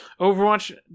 Overwatch